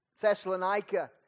Thessalonica